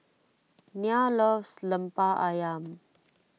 Nia loves Lemper Ayam